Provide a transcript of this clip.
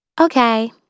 Okay